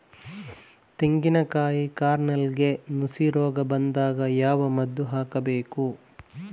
ತೆಂಗಿನ ಕಾಯಿ ಕಾರ್ನೆಲ್ಗೆ ನುಸಿ ರೋಗ ಬಂದಾಗ ಯಾವ ಮದ್ದು ಹಾಕಬೇಕು?